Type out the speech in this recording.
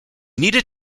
needed